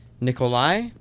Nikolai